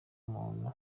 umuntu